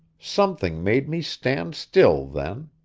something made me stand still then.